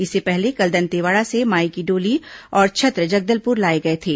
इससे पहले कल दंतेवाड़ा से माई की डोली और छत्र जगदलपुर लाए गए थे